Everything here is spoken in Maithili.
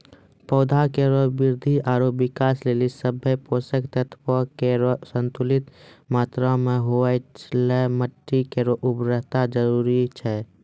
पौधा केरो वृद्धि आरु विकास लेलि सभ्भे पोसक तत्व केरो संतुलित मात्रा म होवय ल माटी केरो उर्वरता जरूरी छै